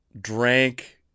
drank